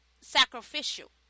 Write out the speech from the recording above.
sacrificial